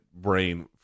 brain